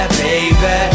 baby